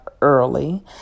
early